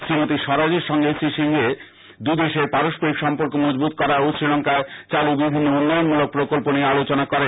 শ্রীমতি স্বরাজের সঙ্গে শ্রী সিংঘে দুদেশের পারস্পরিক সম্পর্ক মজবুত করা ও শ্রীলঙ্কায় চালু বিভিন্ন উন্নয়নমূলক প্রকল্প নিয়ে আলোচনা করেন